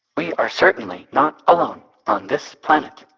we are certainly not alone on this planet.